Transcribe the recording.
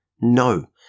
No